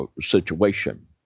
situation